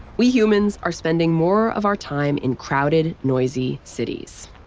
we humans are spending more of our time in crowded, noisy cities,